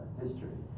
history